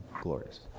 glorious